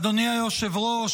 אדוני היושב-ראש,